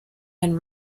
and